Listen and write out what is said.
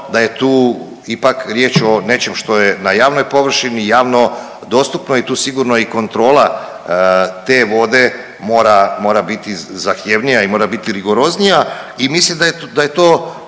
da je tu ipak riječ o nečem što je na javnoj površini, javno dostupno i tu sigurno i kontrola te vode mora biti zahtjevnija i mora biti rigoroznija. I mislim da je to